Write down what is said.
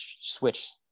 switch